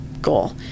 goal